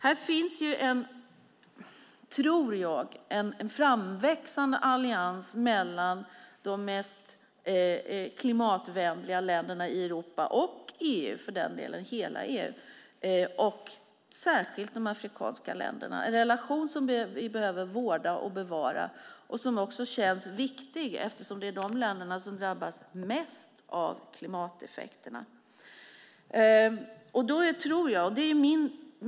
Här tror jag att det finns en framväxande allians mellan de mest klimatvänliga länderna i Europa, hela EU för den delen, och särskilt de afrikanska länderna, en relation som vi behöver vårda och bevara och som också känns viktig eftersom det är de länderna som drabbas mest av klimateffekterna.